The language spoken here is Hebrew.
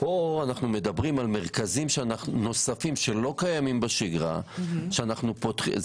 כאן אנחנו מדברים על מרכזים נוספים שלא קיימים בשגרה - נכון,